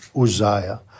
Uzziah